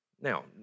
Now